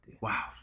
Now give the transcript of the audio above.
Wow